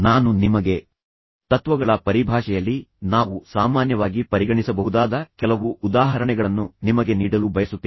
ನಾನು ನಿಮಗೆ ತತ್ವಗಳ ಪರಿಭಾಷೆಯಲ್ಲಿ ನಾವು ಸಾಮಾನ್ಯವಾಗಿ ಪರಿಗಣಿಸಬಹುದಾದ ಕೆಲವು ಉದಾಹರಣೆಗಳನ್ನು ನಿಮಗೆ ನೀಡಲು ಬಯಸುತ್ತೇನೆ